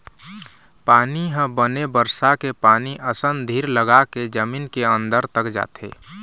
पानी ह बने बरसा के पानी असन धीर लगाके जमीन के अंदर तक जाथे